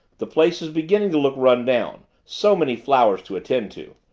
the place is beginning to look run down so many flowers to attend to.